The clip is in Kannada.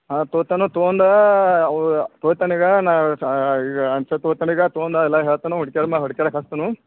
ಆ ತೋತನು ತೋವಂದಾ ಅವ ಹೋಯ್ತೆನಗ ನಾ ತೊವಂದ ಎಲ್ಲ ಹೇಳ್ತನು ಹಾಕ್ತನು